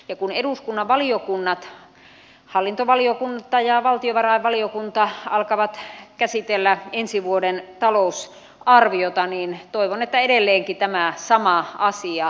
ja kun eduskunnan valiokunnat hallintovaliokunta ja valtiovarainvaliokunta alkavat käsitellä ensi vuoden talousarviota niin toivon että edelleenkin tämä sama asia muistetaan